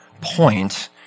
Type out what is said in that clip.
point